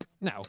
No